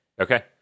Okay